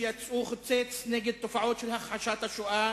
שיצאו חוצץ נגד תופעות של הכחשת השואה